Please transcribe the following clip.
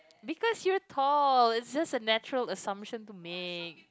because you're tall it's just a natural assumption to make